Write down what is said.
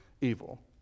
evil